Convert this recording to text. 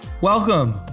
Welcome